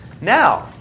now